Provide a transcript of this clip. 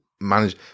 manage